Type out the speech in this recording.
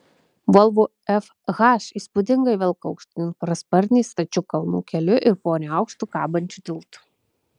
volvo fh įspūdingai velka aukštyn parasparnį stačiu kalnų keliu ir po neaukštu kabančiu tiltu